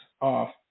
off